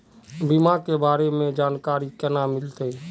बीमा के बारे में जानकारी केना मिलते?